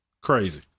crazy